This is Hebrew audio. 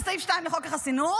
לסעיף 2 בחוק החסינות,